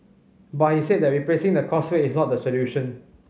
but he said that replacing the causeway is not the solution